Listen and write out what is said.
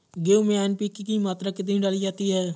गेहूँ में एन.पी.के की मात्रा कितनी डाली जाती है?